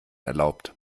erlaubt